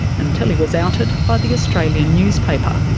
until he was outed by the australian newspaper.